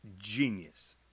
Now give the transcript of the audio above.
genius